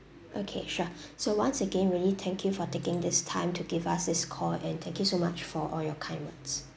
okay sure so once again really thank you for taking this time to give us this call and thank you so much for all your kind words